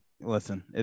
listen